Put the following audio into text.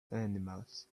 animals